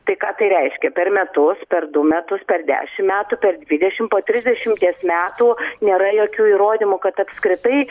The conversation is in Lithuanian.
tai ką tai reiškia per metus per du metus per dešim metų per dvidešim po trisdešimties metų nėra jokių įrodymų kad apskritai